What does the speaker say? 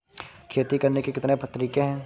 खेती करने के कितने तरीके हैं?